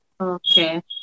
Okay